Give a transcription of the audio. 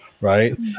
right